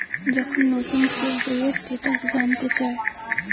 যখন নুতন চেক বইয়ের স্টেটাস জানতে চায়